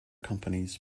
companies